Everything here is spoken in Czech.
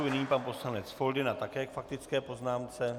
Nyní pan poslanec Foldyna, také k faktické poznámce.